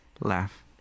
laugh